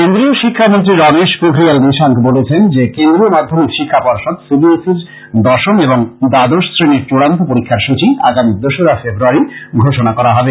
কেন্দ্রীয় শিক্ষামন্ত্রী রমেশ পুখরিয়াল নিশাস্ক বলেছেন যে কেন্দ্রীয় মাধ্যমিক শিক্ষা পর্ষদ সি বি এস ই র দশম এবং দ্বাদশ শ্রেনীর চূড়ান্ত পরীক্ষার সূচি আগামী দুসরা ফেব্রয়ারী ঘোষণা করা হবে